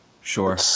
Sure